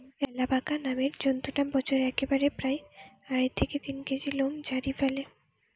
alpaca নামের জন্তুটা বছরে একবারে প্রায় আড়াই থেকে তিন কেজি লোম ঝাড়ি ফ্যালে